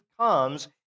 comes